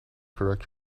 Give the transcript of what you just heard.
correct